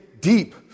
deep